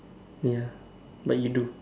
ya but you do